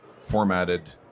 formatted